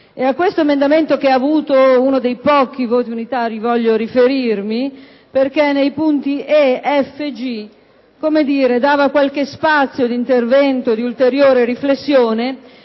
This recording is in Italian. A questo emendamento che ha avuto uno dei pochi voti unitari voglio riferirmi perché nei punti *e)*, *f)* e *g)* del comma 1-*bis* dava qualche spazio di intervento e di ulteriore riflessione